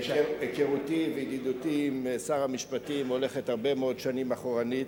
היכרותי וידידותי עם שר המשפטים הולכות הרבה מאוד שנים אחורנית,